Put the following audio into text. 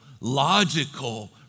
logical